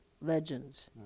legends